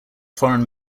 foreign